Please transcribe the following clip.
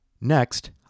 Next